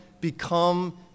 become